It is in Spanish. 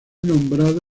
nombrado